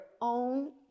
own